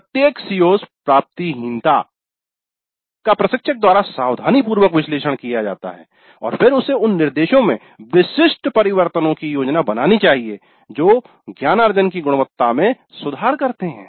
प्रत्येक "CO's प्राप्ति हीनता" का प्रशिक्षक द्वारा सावधानीपूर्वक विश्लेषण किया जाता है और फिर उसे उन निर्देशो में विशिष्ट परिवर्तनों की योजना बनानी चाहिए जो सीखने ज्ञानार्जन की गुणवत्ता में सुधार करते हैं